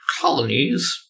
colonies